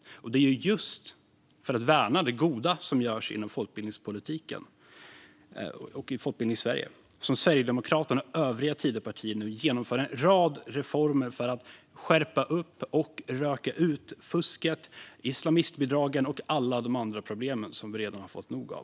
Det är just för att värna det goda som görs inom folkbildningspolitiken och i Folkbildningssverige som Sverigedemokraterna och övriga Tidöpartier nu genomför en rad reformer och skärpningar för att röka ut fusket, islamistbidragen och alla andra problem som vi redan har fått nog av.